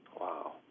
Wow